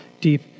deep